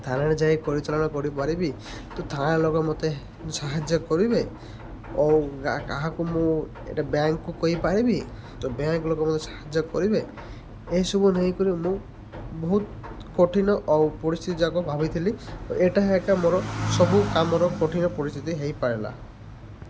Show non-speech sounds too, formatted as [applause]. ଥାନାରେ ଯାଇ ପରିଚାଳନା କରିପାରିବି ତ ଥାନା ଲୋକ ମତେ ସାହାଯ୍ୟ କରିବେ ଆଉ କାହାକୁ ମୁଁ ଏଇଟା ବ୍ୟାଙ୍କ୍କୁ କହିପାରିବି ତ ବ୍ୟାଙ୍କ୍ ଲୋକ ମତେ ସାହାଯ୍ୟ କରିବେ ଏହିସବୁ ନେଇକରି ମୁଁ ବହୁତ କଠିନ ଆଉ ପରିସ୍ଥିତି ଯାକ ଭାବିଥିଲି ଏଇଟା [unintelligible] ଏକା ମୋର ସବୁ କାମର କଠିନ ପରିସ୍ଥିତି ହେଇପାରିଲା